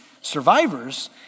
survivors